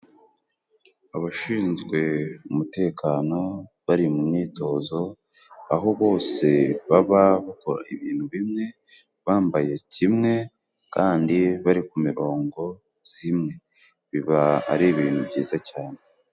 Abashinzwe umutekano bari mu myitozo. Aho bose baba bakora ibintu bimwe, bambaye kimwe, kandi bari ku mirongo zimwe biba ari ibintu byiza cyane.